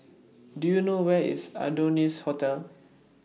Do YOU know Where IS Adonis Hotel